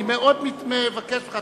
אני מאוד מבקש ממך,